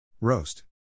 Roast